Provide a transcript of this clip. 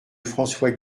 françois